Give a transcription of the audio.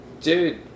Dude